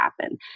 happen